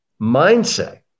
mindset